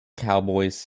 cowboys